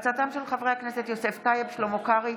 הצעתם של חברי הכנסת יוסף טייב, שלמה קרעי,